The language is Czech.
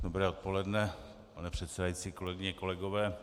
Dobré odpoledne, pane předsedající, kolegyně, kolegové.